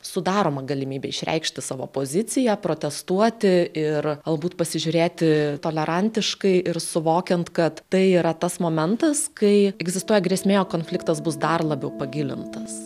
sudaroma galimybė išreikšti savo poziciją protestuoti ir galbūt pasižiūrėti tolerantiškai ir suvokiant kad tai yra tas momentas kai egzistuoja grėsmė o konfliktas bus dar labiau pagilintas